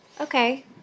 okay